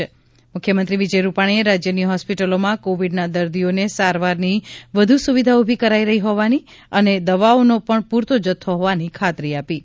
ે મુખ્યમંત્રી વિજય રૂપાણીએ રાજ્યની હોસ્પિટલોમાં કોવિડના દર્દીઓને સારવારની વધુ સુવિધા ઉભી કરાઇ રહી હોવાની અને દવાઓનો પણ પુરતો જથ્થો હોવાની ખાતરી આપી છે